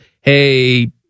Hey